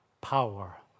power